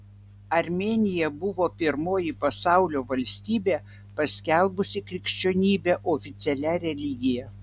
armėnija buvo pirmoji pasaulio valstybė paskelbusi krikščionybę oficialia religija